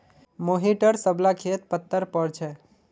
मोहिटर सब ला खेत पत्तर पोर छे